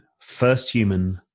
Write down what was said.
Firsthuman